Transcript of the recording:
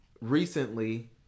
recently